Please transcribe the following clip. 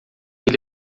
ele